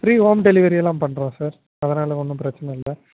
free home delivery எல்லாம் பண்ணுறோம் sir அதனால ஒன்றும் பிரச்சனை இல்லை